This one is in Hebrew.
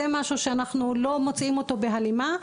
זה משהו שאנחנו לא מוצאים אותו בהלימה,